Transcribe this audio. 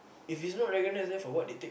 if it's not recognised then for what they take